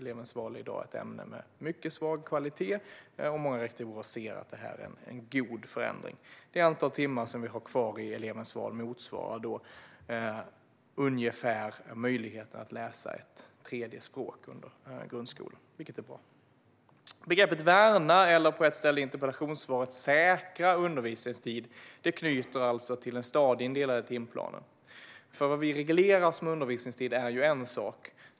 Elevens val är i dag ett ämne med mycket svag kvalitet, och många rektorer anser att detta är en god förändring. Det antal timmar som är kvar i elevens val motsvarar ungefär det antal timmar som gör det möjligt att läsa ett tredje språk under grundskolan, vilket är bra. Begreppet värna eller säkra undervisningstid som tas upp i interpellationssvaret anknyter till den stadieindelade timplanen. Det som vi reglerar som undervisningstid är en sak.